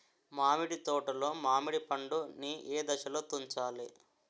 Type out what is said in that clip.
మామిడి తోటలో మామిడి పండు నీ ఏదశలో తుంచాలి?